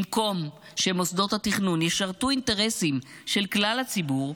במקום שמוסדות התכנון ישרתו אינטרסים של כלל הציבור,